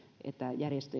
että